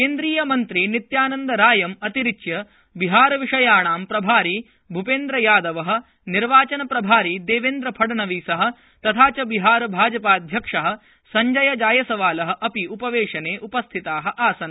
केन्द्रीयमन्त्री नित्यानन्दरायम् अतिरिच्य बिहारविषयाणां प्रभारी भूपेन्द्रयादवः निर्वाचनप्रभारी देवेन्द्रफडणवीसः तथा च बिहारभाजपाध्यक्षः सञ्जयजायसवालः अपि उपवेशने उपस्थिताः आसन्